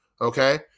Okay